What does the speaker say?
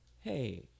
hey